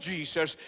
Jesus